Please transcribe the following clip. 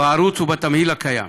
בערוץ ובתמהיל הקיים.